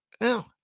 no